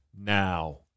now